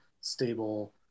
stable